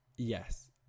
Yes